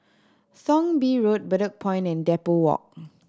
Thong Bee Road Bedok Point and Depot Walk